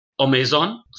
Amazon